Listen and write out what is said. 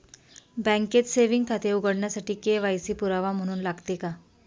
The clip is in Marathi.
बँकेत सेविंग खाते उघडण्यासाठी के.वाय.सी पुरावा म्हणून लागते का?